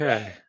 Okay